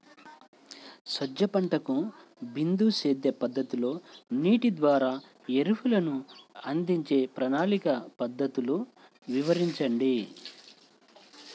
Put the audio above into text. సజ్జ పంటకు బిందు సేద్య పద్ధతిలో నీటి ద్వారా ఎరువులను అందించే ప్రణాళిక పద్ధతులు వివరించండి?